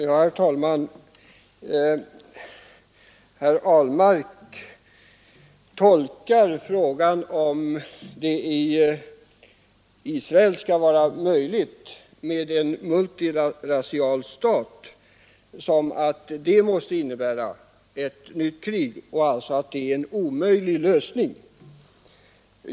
Herr talman! Herr Ahlmark tolkar frågan om det i Israel skall vara möjligt med en multirasial stat så att den måste innebära ett nytt krig och att den alltså är en omöjlig lösning.